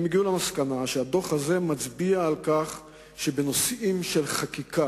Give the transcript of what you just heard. הם הגיעו למסקנה שהדוח הזה מצביע על נושאים של חקיקה,